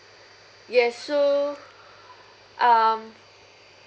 yes so um